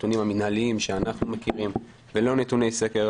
הנתונים המינהליים שאנחנו מכירים ללא נתוני סקר,